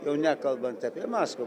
jau nekalbant apie maskvą